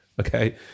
Okay